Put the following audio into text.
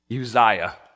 Uzziah